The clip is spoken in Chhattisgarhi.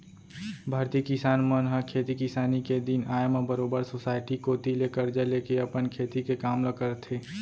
भारतीय किसान मन ह खेती किसानी के दिन आय म बरोबर सोसाइटी कोती ले करजा लेके अपन खेती के काम ल करथे